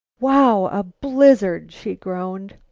wow! a blizzard! she groaned.